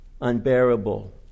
unbearable